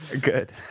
Good